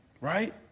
right